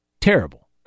Terrible